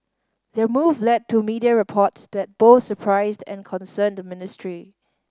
their move led to media reports that both surprised and concerned the ministry